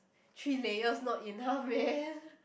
three layers not enough man